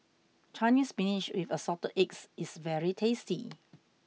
Chinese Spinach with Assorted Eggs is very tasty